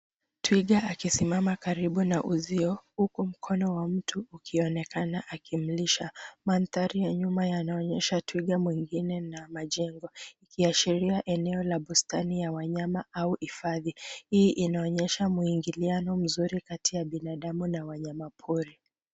Twiga akisimama karibu na uzio huku mkono wa mtu ukionekana akimlisha. Mandhari ya nyuma yanaonyesha twiga mwingine na majengo ikiashiria eneo la bustani ya wanyama au hifadhi. Hii inaonyesha mwingiliano mzuri kati ya binadamu na wanyamapori.